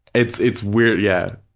it's it's weird, yeah.